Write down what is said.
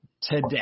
Today